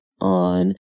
on